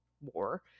war